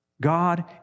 God